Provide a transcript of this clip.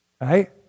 Right